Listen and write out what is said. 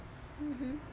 mmhmm